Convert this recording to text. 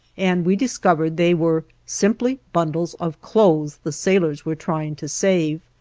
and we discovered they were simply bundles of clothes the sailors were trying to save.